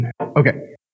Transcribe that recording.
Okay